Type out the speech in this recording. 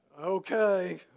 Okay